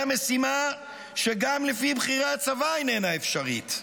משימה שגם לפי בכירי הצבא איננה אפשרית.